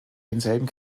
denselben